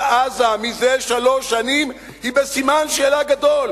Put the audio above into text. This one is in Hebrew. עזה מזה שלוש שנים היא בסימן שאלה גדול,